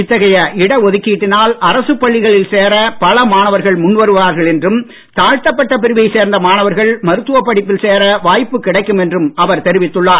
இத்தகைய இடஒதுக்கீட்டினால் அரசுப் பள்ளிகளில் சேரப் பல மாணவர்கள் முன் வருவார்கள் என்றும் தாழ்த்தப்பட்ட பிரிவைச் சேர்ந்த மாணவர்கள் மருத்துவ படிப்பில் சேர வாய்ப்பு கிடைக்கும் என்றும் அவர் தெரிவித்துள்ளார்